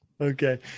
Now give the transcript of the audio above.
Okay